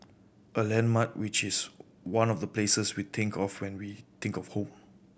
a landmark which is one of the places we think of when we think of home